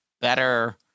better